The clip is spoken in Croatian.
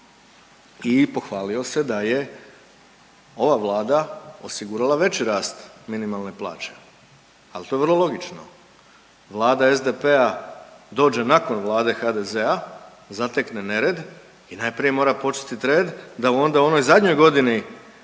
i pohvalio se da je ova Vlada osigurala veći rast minimalne plaće, ali to je vrlo logično. Vlada SDP-a dođe nakon Vlade HDZ-a, zatekne nered i najprije mora počistiti red da onda u onoj zadnjoj godini